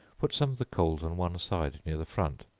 put some of the coals on one side near the front,